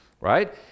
Right